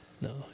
No